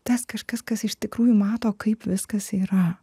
tas kažkas kas iš tikrųjų mato kaip viskas yra